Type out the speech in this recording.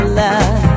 love